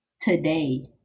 today